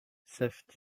savent